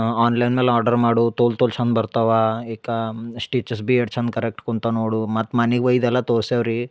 online ಮೇಲೆ order ಮಾಡು ತೋಲ್ ತೋಲ್ ಚಂದ್ ಬರ್ತಾವ ಇಕ ಸ್ಟಿಚಸ್ ಬಿ ಎಷ್ಟು ಚಂದ ಕರೆಕ್ಟ್ ಕುಂತಾವ ನೋಡು ಮತ್ತು ಮನಿಗೆ ಒಯ್ದ ಎಲ್ಲ ತೋರ್ಸವ ರೀ